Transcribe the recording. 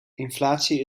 inflatie